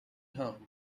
home